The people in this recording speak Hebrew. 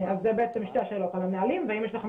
אז אלה שתי השאלות על הנהלים והאם יש לכם